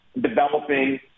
developing